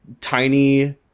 tiny